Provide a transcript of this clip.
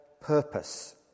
purpose